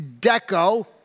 Deco